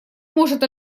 может